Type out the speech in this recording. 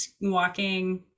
walking